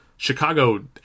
Chicago